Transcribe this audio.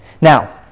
Now